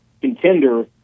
contender